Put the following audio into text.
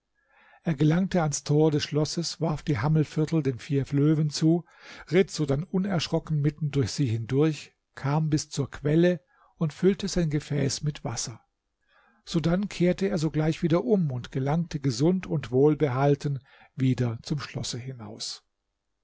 er gelangte ans tor des schlosses warf die hammelviertel den vier löwen zu ritt sodann unerschrocken mitten durch sie hindurch kam bis zur quelle und füllte sein gefäß mit wasser sodann kehrte er sogleich wieder um und gelangte gesund und wohlbehalten wieder zum schlosse hinaus